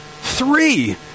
three